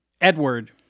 Edward